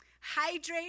Hydrate